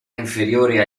inferiore